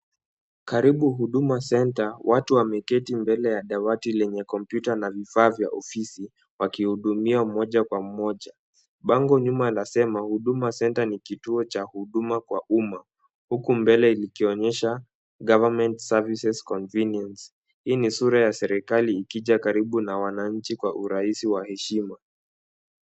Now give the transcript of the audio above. Karibu Huduma Center, watu wameketi mbele ya dawati lenye kompyuta na vifaa vya ofisi, wakihudumia mmoja kwa mmoja. Bango nyuma linasema ni kituo cha huduma kwa umma. Huku mbele kikionyesha government service convenience . Hii ni sura ya serikali kwa wananchi kwa urahisi wa heshima.